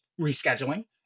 rescheduling